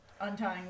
untying